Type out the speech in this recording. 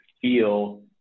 feel